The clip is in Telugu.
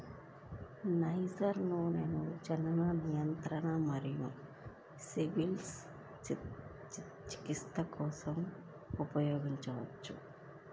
నైజర్ నూనెను జనన నియంత్రణ మరియు సిఫిలిస్ చికిత్స కోసం ఉపయోగించవచ్చు